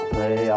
Play